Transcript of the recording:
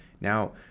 Now